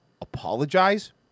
apologize